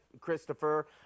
Christopher